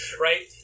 right